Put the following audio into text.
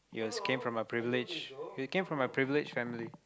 he was came from a privileged he came from a privileged family